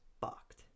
fucked